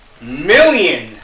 million